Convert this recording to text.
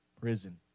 prison